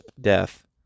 death